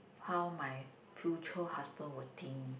how my future husband will think